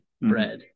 bread